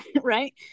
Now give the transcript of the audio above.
right